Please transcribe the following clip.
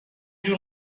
جور